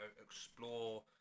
explore